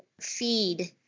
feed